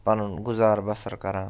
پَنُن گُزار بَصر کران